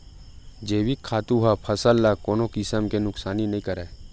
जइविक खातू ह फसल ल कोनो किसम के नुकसानी नइ करय